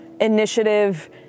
initiative